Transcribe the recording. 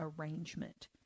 arrangement